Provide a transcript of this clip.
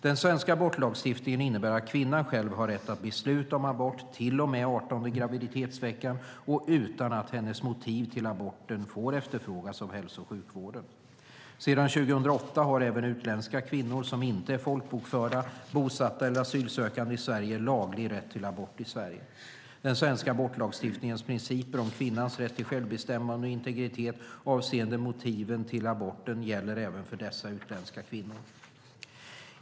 Den svenska abortlagstiftningen innebär att kvinnan själv har rätt att besluta om abort till och med den artonde graviditetsveckan och utan att hennes motiv till aborten får efterfrågas av hälso och sjukvården. Sedan 2008 har även utländska kvinnor som inte är folkbokförda, bosatta eller asylsökande i Sverige laglig rätt till abort i Sverige. Den svenska abortlagstiftningens principer om kvinnans rätt till självbestämmande och integritet avseende motiven till aborten gäller även för dessa utländska kvinnor.